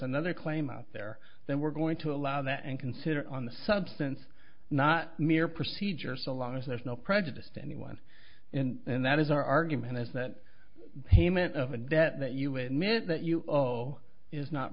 another claim out there then we're going to allow that and consider on the substance not mere procedure so long as there's no prejudice to any one in and that is our argument is that payment of a debt that you wait a minute that you owe is not